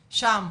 שם.